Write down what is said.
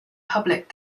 public